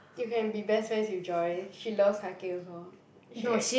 you can be best friends with Joy she loves hiking also she e~